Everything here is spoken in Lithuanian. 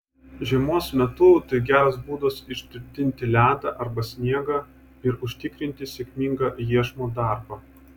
žiemos metu tai geras būdas ištirpinti ledą arba sniegą ir užtikrinti sėkmingą iešmo darbą